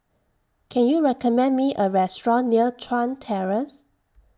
Can YOU recommend Me A Restaurant near Chuan Terrace